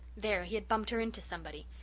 there, he had bumped her into somebody!